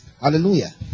hallelujah